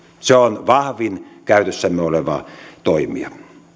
se on vahvin käytössämme oleva toimija toiseksi